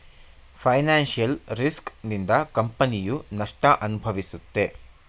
financial risk ನಿಂದ ಕಂಪನಿಯು ನಷ್ಟ ಅನುಭವಿಸುತ್ತೆ